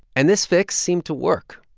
and this fix seemed to work.